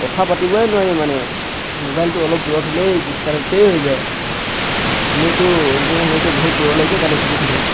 কথা পাতিবই নোৱাৰি মানে মোবাইলটো অলপ দূৰত হ'লেই ডিছকানেক্টেই হৈ যায় এনেইতো অৰিজিনেল হ'লেতো বহুত দূৰলৈকে কানেকশ্যনটো থাকে